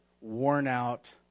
worn-out